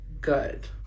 good